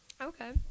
Okay